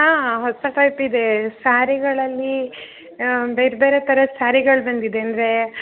ಹಾಂ ಹೊಸ ಟೈಪಿದೆ ಸ್ಯಾರಿಗಳಲ್ಲಿ ಬೇರೆ ಬೇರೆ ಥರದ ಸ್ಯಾರಿಗಳು ಬಂದಿದೆ ಅಂದರೆ